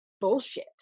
bullshit